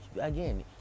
again